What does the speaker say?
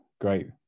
Great